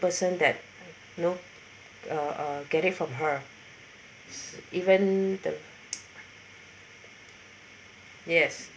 person that you know uh get it from her even the yes